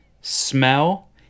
smell